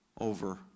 over